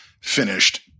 finished